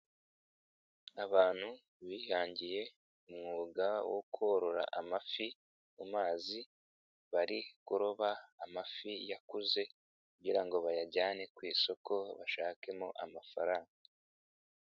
Abantu bihangiye umwuga wo korora amafi mu mazi bari kuroba amafi yakuze kugira ngo bayajyane ku isoko bashakemo amafaranga.